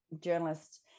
journalists